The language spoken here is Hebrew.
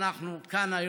כאן,